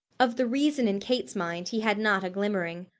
of the reason in kate's mind, he had not a glimmering.